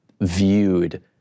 viewed